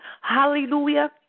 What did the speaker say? Hallelujah